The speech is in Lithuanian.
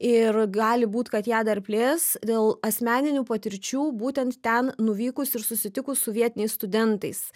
ir gali būt kad ją dar plės dėl asmeninių patirčių būtent ten nuvykus ir susitikus su vietiniais studentais